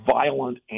violent